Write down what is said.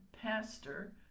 pastor